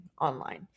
online